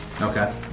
Okay